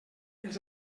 els